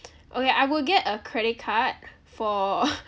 okay I will get a credit card for